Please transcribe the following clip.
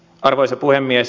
arvoisa puhemies